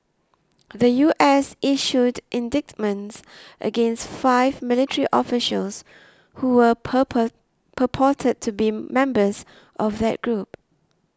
the U S issued indictments against five military officials who were purport purported to be members of that group